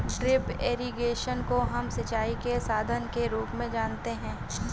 drip irrigation को हम सिंचाई के साधन के रूप में जानते है